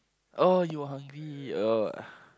oh you were hungry oh